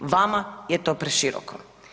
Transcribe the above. Vama je to preširoko.